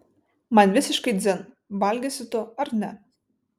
man visiškai dzin valgysi tu ar ne